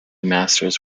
masters